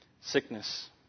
sickness